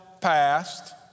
passed